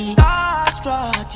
Starstruck